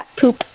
poop